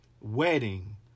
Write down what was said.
Wedding